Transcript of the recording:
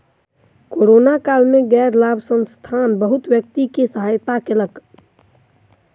corona काल में गैर लाभ संस्थान बहुत व्यक्ति के सहायता कयलक